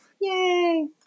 Yay